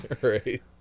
Right